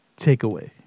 Takeaway